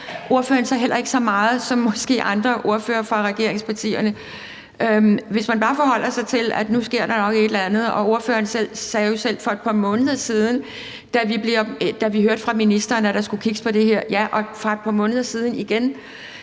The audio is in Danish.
ordføreren så heller ikke så meget som måske andre ordførere fra regeringspartierne. Ordføreren sagde jo selv noget om det for et par måneder siden, da vi hørte fra ministeren, at der skulle kigges på det her, ja, og for et par måneder siden igen.